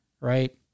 right